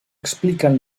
expliquen